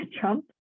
trump